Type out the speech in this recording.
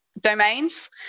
domains